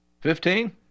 Fifteen